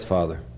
Father